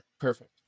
Perfect